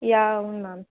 yeah అవును ma'am